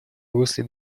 русле